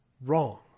Wrong